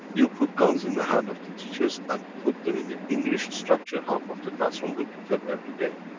you put guns in the hand of the teachers and put them in the english structure, half of the class um will be dead everyday,